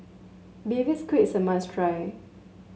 Baby Squid is a must try